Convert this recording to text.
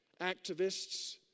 activists